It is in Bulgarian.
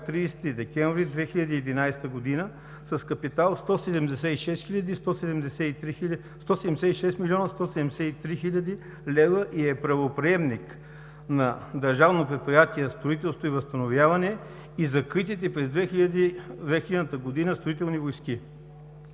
30 декември 2011 г. с капитал 176 млн. 173 хил. лв. и е правоприемник на Държавно предприятие „Строителство и възстановяване“ и закритите през 2000 г. Строителни войски.